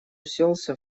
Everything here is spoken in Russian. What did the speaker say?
уселся